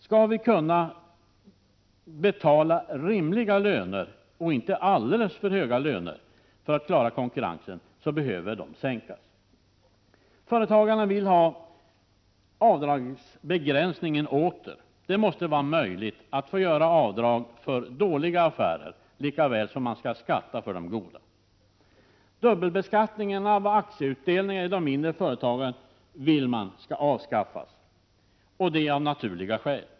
För att de löner som vi betalar ut skall bli rimliga, inte alldeles för höga för att vi skall kunna klara konkurrensen, behöver nuvarande löner sänkas. Företagarna vill ha avdragsbegränsningen åter. Det måste vara möjligt att få göra avdrag för dåliga affärer, lika väl som man skall skatta för de goda. Man vill vidare, av naturliga skäl, avskaffa dubbelbeskattningen på aktieutdelningen i de mindre företagen.